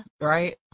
right